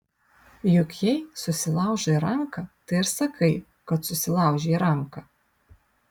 juk jei susilaužai ranką tai ir sakai kad susilaužei ranką